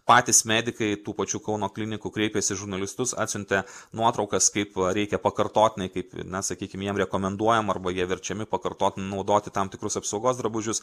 patys medikai tų pačių kauno klinikų kreipėsi į žurnalistus atsiuntė nuotraukas kaip reikia pakartotinai kaip na sakykim jiem rekomenduojama arba jie verčiami pakartoti naudoti tam tikrus apsaugos drabužius